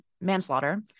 manslaughter